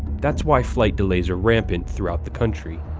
that's why flight delays are rampant throughout the country.